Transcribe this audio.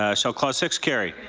ah so clause six carry,